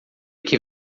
que